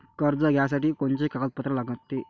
कर्ज घ्यासाठी कोनचे कागदपत्र लागते?